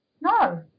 No